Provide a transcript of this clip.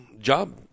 job